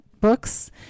books